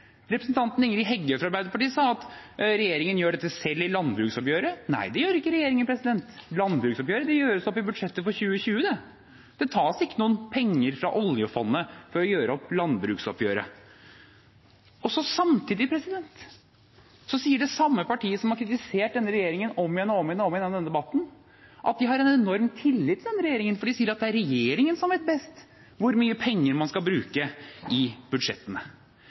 Representanten Ingrid Heggø fra Arbeiderpartiet sa at regjeringen gjør dette selv i landbruksoppgjøret. Nei, det gjør ikke regjeringen. Landbruksoppgjøret gjøres opp i budsjettet for 2020. Det tas ikke noen penger fra oljefondet for å gjøre opp landbruksoppgjøret. Samtidig sier det samme partiet som har kritisert denne regjeringen om og om igjen i denne debatten, at de har en enorm tillit til denne regjeringen, for de sier at det er regjeringen som vet best hvor mye penger man skal bruke i budsjettene.